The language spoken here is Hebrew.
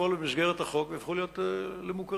לפעול במסגרת החוק ויהפכו להיות מוכרים,